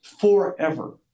forever